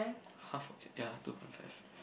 half of ya two point five